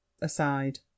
aside